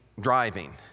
driving